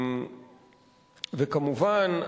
כמובן,